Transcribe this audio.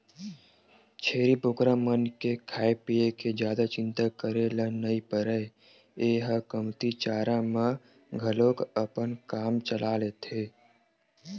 छेरी बोकरा मन के खाए पिए के जादा चिंता करे ल नइ परय ए ह कमती चारा म घलोक अपन काम चला लेथे